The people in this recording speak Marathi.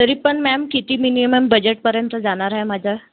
तरी पण मॅम किती मिनिमम बजेटपर्यंत जाणार आहे माझं